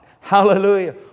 hallelujah